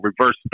reverse